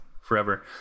Forever